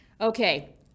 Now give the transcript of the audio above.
Okay